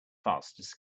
fastest